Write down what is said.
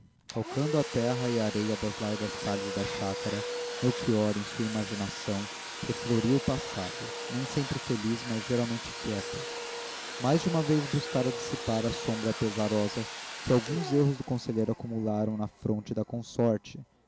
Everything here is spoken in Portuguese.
calcando a terra e a areia das largas calhes da chácara melchior em sua imaginação refloria o passado nem sempre feliz mas geralmente quieto mais de uma vez buscara dissipar a sombra pesarosa que alguns erros do conselheiro acumularam na fronte da